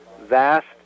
Vast